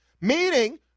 Meaning